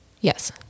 Yes